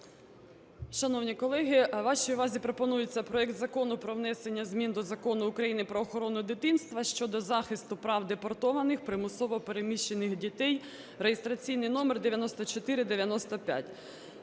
Шановні колеги, вашій увазі пропонується проект Закону про внесення змін до Закону України "Про охорону дитинства" щодо захисту прав депортованих, примусово переміщених дітей (реєстраційний номер 9495).